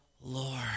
Lord